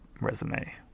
resume